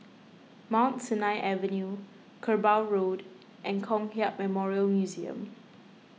Mount Sinai Avenue Kerbau Road and Kong Hiap Memorial Museum